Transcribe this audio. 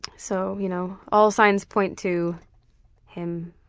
so you know all signs point to him